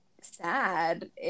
sad